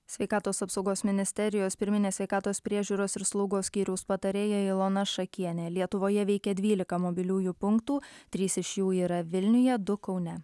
sveikatos apsaugos ministerijos pirminės sveikatos priežiūros ir slaugos skyriaus patarėja ilona šakienė lietuvoje veikia dvylika mobiliųjų punktų trys iš jų yra vilniuje du kaune